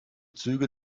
züge